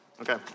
Okay